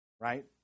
right